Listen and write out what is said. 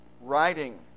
writing